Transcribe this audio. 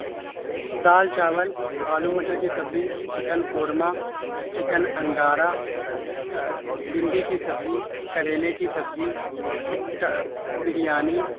دال چاول آلو مٹر کی سبزی چکن قورمہ چکن انگارہ بھنڈی کی سبزی کریلے کی سبزی بریانی